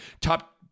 top